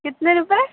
کتنے روپیے